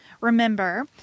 remember